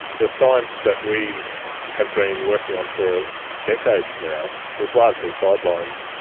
the science that we have been working on for decades now was largely sidelined,